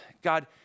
God